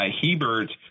Hebert